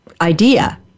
idea